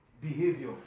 behavior